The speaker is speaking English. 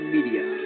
Media